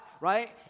right